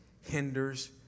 hinders